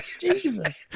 Jesus